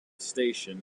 station